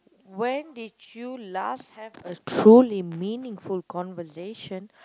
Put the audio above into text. when did you last have a truly meaningful conversation